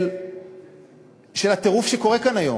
של הטירוף שקורה כאן היום,